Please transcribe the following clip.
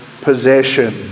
possession